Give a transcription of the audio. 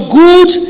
good